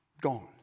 gone